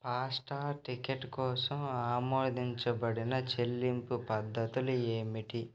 fast ticket కోసం ఆమోదించబడిన చెల్లింపు పద్ధతులు ఏమిటి